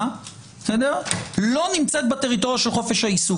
לא נמצאת בטריטוריה של חופש העיסוק.